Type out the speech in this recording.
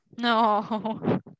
No